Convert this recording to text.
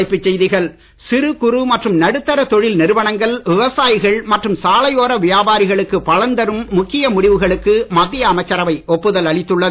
தலைப்புச் செய்திகள் சிறு குறு மற்றும் நடுத்தர தொழில் நிறுவனங்கள் விவசாயிகள் மற்றும் சாலையோர வியாபாரிகளுக்கு பலன் தரும் முக்கிய முடிவுகளுக்கு மத்திய அமைச்சரவை ஒப்புதல் அளித்துள்ளது